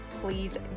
please